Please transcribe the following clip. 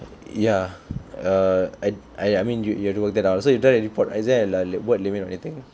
yeah uh I I I mean you you have to work that out so you don't to report is there like a word limit or anything